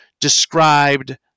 described